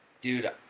dude